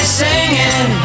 singing